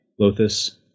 Lothus